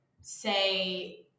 say